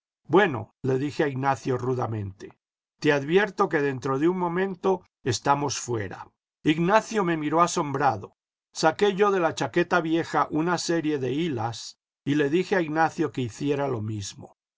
bueno le dije a ignacio rudamente te advierto que dentro de un momento estamos fuera ignacio me miró asombrado saqué yo de la chaqueta vieja una serie de hilas y le dije a ignacio que hiciera lo mismo